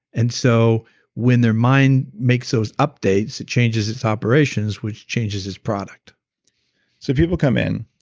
and so when their mind makes those updates, it changes its operations, which changes its product so people come in,